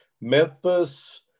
Memphis